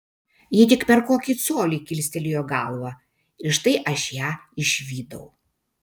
ji tik per kokį colį kilstelėjo galvą ir štai aš ją išvydau